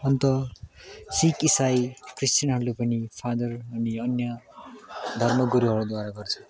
अन्त सिख इसाई ख्रिस्टियनहरूले पनि फादर अनि अन्य धर्मगुरुहरूद्वारा गर्छ